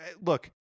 look